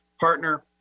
partner